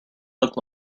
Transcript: look